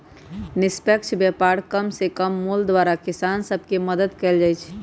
निष्पक्ष व्यापार कम से कम मोल द्वारा किसान सभ के मदद कयल जाइ छै